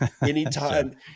anytime